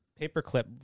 paperclip